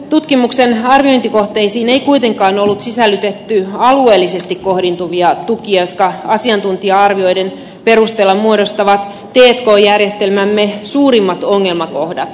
tutkimuksen arviointikohteisiin ei kuitenkaan ollut sisällytetty alueellisesti kohdentuvia tukia jotka asiantuntija arvioiden perusteella muodostavat t k järjestelmämme suurimmat ongelmakohdat